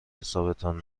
حسابتان